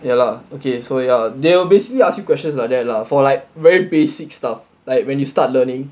ya lah okay so ya they'll basically ask you questions like that lah for like very basic stuff like when you start learning